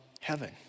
Heaven